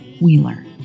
Wheeler